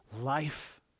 life